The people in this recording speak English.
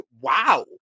wow